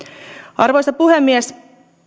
arvoisa puhemies